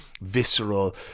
visceral